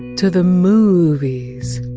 to the moooovies.